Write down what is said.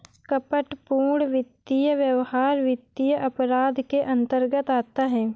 कपटपूर्ण वित्तीय व्यवहार वित्तीय अपराध के अंतर्गत आता है